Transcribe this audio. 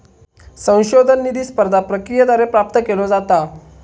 संशोधन निधी स्पर्धा प्रक्रियेद्वारे प्राप्त केलो जाता